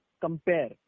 compare